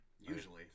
Usually